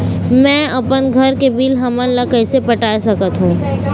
मैं अपन घर के बिल हमन ला कैसे पटाए सकत हो?